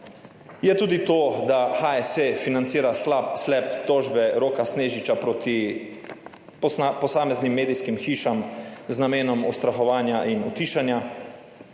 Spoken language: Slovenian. Je tudi to, da HSE financira s SLAPP tožbe Roka Snežiča proti posameznim medijskim hišam z namenom ustrahovanja in utišanja,